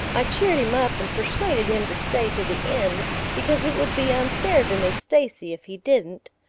i cheered him up and persuaded him to stay to the end because it would be unfair to miss stacy if he didn't.